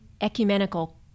ecumenical